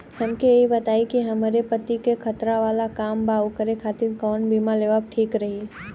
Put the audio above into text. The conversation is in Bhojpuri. हमके ई बताईं कि हमरे पति क खतरा वाला काम बा ऊनके खातिर कवन बीमा लेवल ठीक रही?